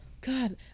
God